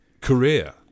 career